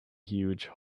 huge